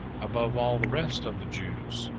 above all the rest of the jews,